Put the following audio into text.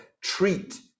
treat